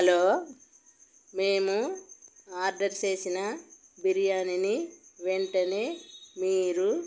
hello మేము order చేసిన బిర్యానిని వెంటనే మీరు